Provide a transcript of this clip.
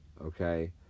okay